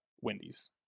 Wendy's